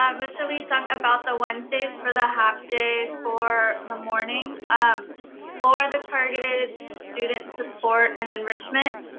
um mr. lee-sung, about the wednesdays for the half day for the morning um for the targeted student support and enrichment.